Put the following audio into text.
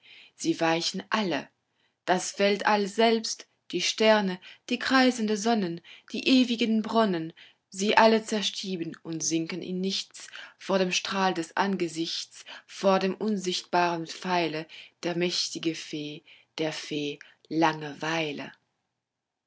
sie weichen alle das weltall selbst die sterne die kreisenden sonnen die ewigen bronnen sie alle zerstieben und sinken in nichts vor dem strahl des angesichts vor dem unsichtbaren pfeile der mächtigen fee der fee langeweile